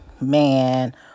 man